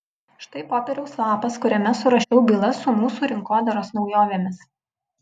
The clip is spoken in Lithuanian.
štai popieriaus lapas kuriame surašiau bylas su mūsų rinkodaros naujovėmis